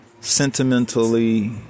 sentimentally